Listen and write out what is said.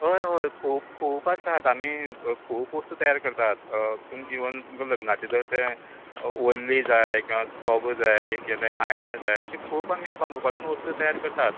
हय हय खूब खूब आसात आमी खूब वस्तू तयार करतात तुमका इवन तुमका लग्न्नाचे जर ते वल्ली जाय काय चोबों जाय आयणो जाय अशें खूब आमी बांबू पासून वस्तू तयार करतात